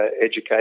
education